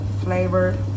flavor